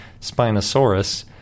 Spinosaurus